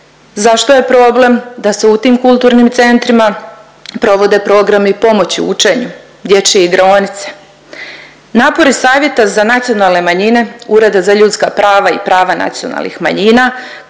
Zašto je problem da se u tim kulturnim centrima provode programi i pomoći učenju, dječje igraonice? Napori Savjeta za nacionalne manjine Ureda za ljudska prava i prava nacionalnih manjina